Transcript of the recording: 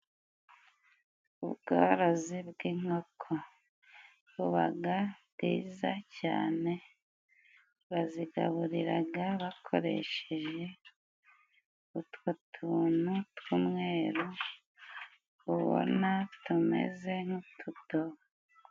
Ubworozi bw'inkoko bubaga bwiza cyane, bazigaburiraga bakoresheje utwo tuntu tw'umweru ubona tumeze nk'utudobo.